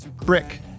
brick